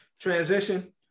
transition